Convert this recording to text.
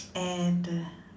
and uh